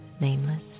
nameless